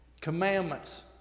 Commandments